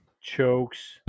chokes